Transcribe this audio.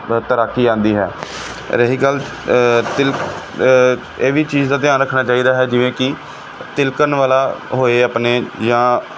ਤੈਰਾਕੀ ਆਉਂਦੀ ਹੈ ਰਹੀ ਗੱਲ ਤਿਲ ਇਹ ਵੀ ਚੀਜ਼ ਦਾ ਧਿਆਨ ਰੱਖਣਾ ਚਾਹੀਦਾ ਹੈ ਜਿਵੇਂ ਕਿ ਤਿਲਕਣ ਵਾਲਾ ਹੋਏ ਆਪਣੇ ਜਾਂ